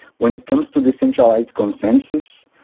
when it comes to decentralized consensus,